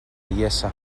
iessa